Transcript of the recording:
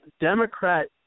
Democrat